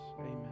Amen